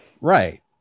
Right